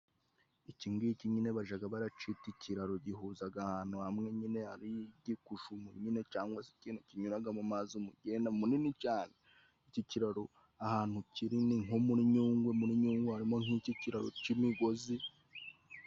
Iki ngiki nyine bajya baracyita ikiraro gihuza ahantu hamwe nyine hari igikushumu nyine cyangwa ikintu kinyuramo amazi, umugenda munini cyane. Iki kiraro ahantu kiri ni nko muri Nyungwe, muri Nyungwe harimo nk'iki kiraro cy'imigozi...